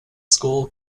school